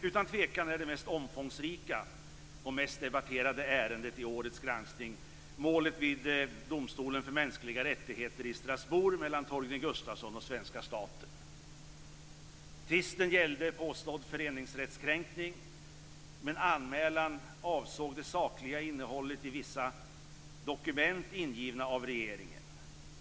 Utan tvivel är det mest omfångsrika och mest debatterade ärendet i årets granskning målet vid domstolen för mänskliga rättigheter i Strasbourg mellan Torgny Gustafsson och svenska staten. Tvisten gällde påstådd föreningsrättskränkning, men anmälan avsåg det sakliga innehållet i vissa dokument ingivna av regeringen.